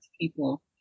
people